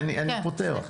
אני פותר,